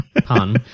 pun